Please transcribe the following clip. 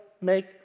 make